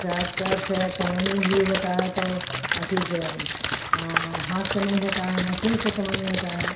tractor से कमैनी भी होता है तो अथी से हाथ से नहीं होता है मसीन से कमैनी होता है